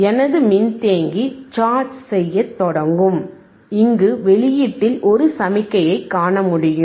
எனது மின்தேக்கி சார்ஜ் செய்யத் தொடங்கும் இங்கு வெளியீட்டில் ஒரு சமிக்ஞையைக் காண முடியும்